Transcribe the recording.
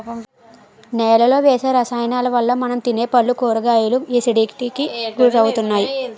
నేలలో వేసే రసాయనాలవల్ల మనం తినే పళ్ళు, కూరగాయలు ఎసిడిటీకి గురవుతున్నాయి